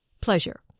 pleasure